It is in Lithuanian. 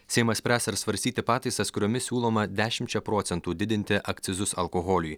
seimas spręs ar svarstyti pataisas kuriomis siūloma dešimčia procentų didinti akcizus alkoholiui